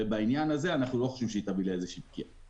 בעניין הזה אנחנו לא חושבים שהיא תביא לאיזושהי פגיעה.